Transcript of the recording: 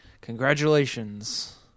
congratulations